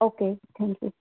okay thank you